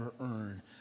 earn